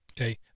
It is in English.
Okay